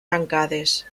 tancades